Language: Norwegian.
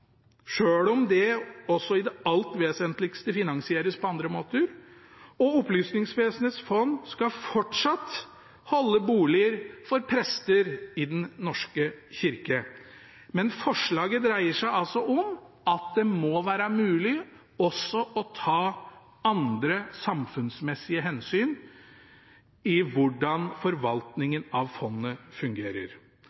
om det også i det alt vesentligste finansieres på andre måter, og Opplysningsvesenets fond skal fortsatt holde boliger for prester i Den norske kirke. Men forslaget dreier seg altså om at det må være mulig også å ta andre samfunnsmessige hensyn når det gjelder hvordan